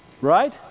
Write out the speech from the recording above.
right